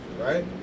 Right